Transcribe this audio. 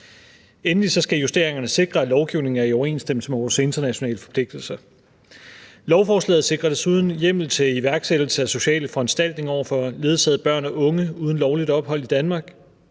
Endelig skal justeringerne sikre, at lovgivningen er i overensstemmelse med vores internationale forpligtelser. Lovforslaget sikrer desuden hjemmel til iværksættelse af sociale foranstaltninger over for ledsagede børn og unge uden lovligt ophold i Danmark.